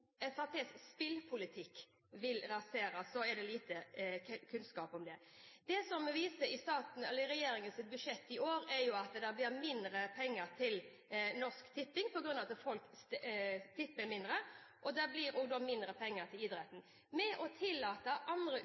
spillpolitikk vil rasere idretten, er det lite kunnskap om det. Det som regjeringens budsjett i år viser, er jo at det blir mindre penger til Norsk Tipping på grunn av at folk tipper mindre, og det blir da også mindre penger til idretten. Det å tillate andre